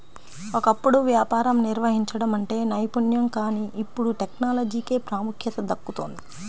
ఒకప్పుడు వ్యాపారం నిర్వహించడం అంటే నైపుణ్యం కానీ ఇప్పుడు టెక్నాలజీకే ప్రాముఖ్యత దక్కుతోంది